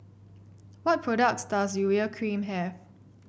what products does Urea Cream have